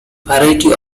variety